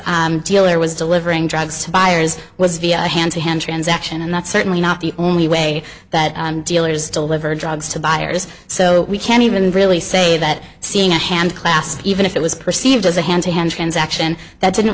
this dealer was delivering drugs to buyers was via a hand to hand transaction and that's certainly not the only way that dealers deliver drugs to buyers so we can't even really say that seeing a ham class even if it was perceived as a hand to hand transaction that didn't